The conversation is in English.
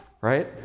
Right